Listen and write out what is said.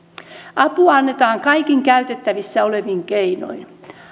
apua annetaan kaikin käytettävissä olevin keinoin